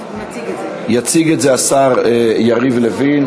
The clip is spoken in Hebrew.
ימסור את ההודעה השר יריב לוין.